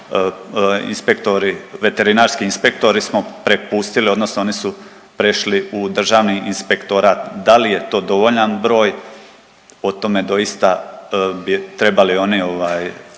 inspektori, veterinarski inspektori smo prepustili, odnosno oni su prešli u Državni inspektorat. Da li je to dovoljan broj o tome doista bi trebali oni